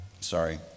sorry